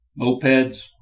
mopeds